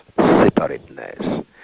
separateness